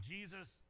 Jesus